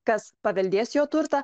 kas paveldės jo turtą